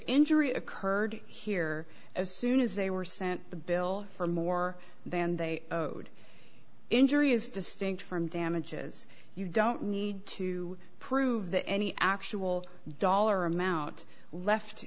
injury occurred here as soon as they were sent the bill for more than they owed injury is distinct from damages you don't need to prove that any actual dollar amount left